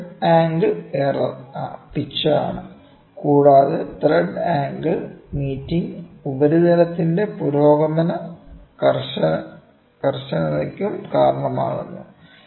thread angle error pitch ആണ് കൂടാതെ thread angle meeting ഉപരിതലത്തിന്റെ പുരോഗമന കർശനതയ്ക്കും കാരണമാകുന്നു